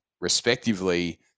respectively